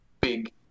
big